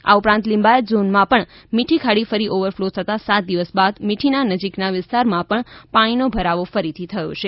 આ ઉપરાંત લિંબાયત ઝોનમા પણ મીઠી ખાડી ફરી ઓવર ફ્લો થતાં સાત દિવસ બાદ મીઠીના નજીકના વિસ્તારમાં પણ પાણીનો ભરાવો ફરીથી થયો છે